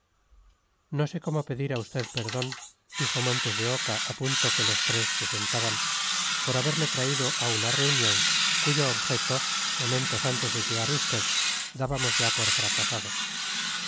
no sé cómo pedir a usted perdón dijo montes de oca a punto que los tres se sentaban por haberle traído a una reunión cuyo objeto momentos antes de llegar usted dábamos ya por fracasado